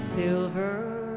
Silver